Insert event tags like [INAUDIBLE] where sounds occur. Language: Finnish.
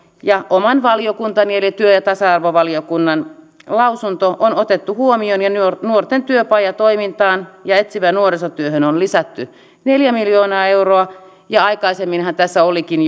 oman valiokuntani eli työelämä ja tasa arvovaliokunnan lausunto on otettu huomioon ja nuorten työpajatoimintaan ja etsivään nuorisotyöhön on lisätty neljä miljoonaa euroa aikaisemminhan tässä olikin [UNINTELLIGIBLE]